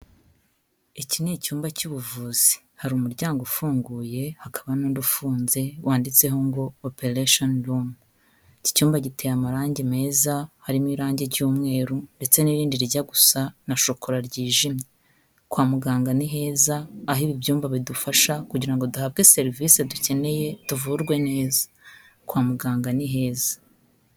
Iki ni icyumba cy'ubuvuzi hari umuryango ufunguye hakaba n'undi ufunze wanditseho ngo operesheni rumu. Icyumba giteye amarangi meza harimo irangi ry'umweru ndetse n'irindi rijya gusa na shokora ryijimye. Kwa muganga ni heza aho ibi byumba bidufasha kugira ngo duhabwe serivisi dukeneye tuvurwe neza, kwa muganga ni heza.